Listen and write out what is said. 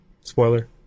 Spoiler